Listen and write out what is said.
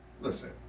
Listen